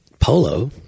polo